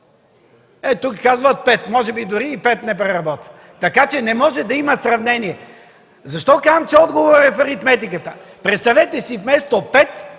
Тук казват: пет. Може би дори пет не преработват. Така че не може да има сравнение. Защо казвам, че отговорът е в аритметиката? Представете си вместо 5